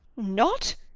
not?